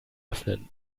öffnen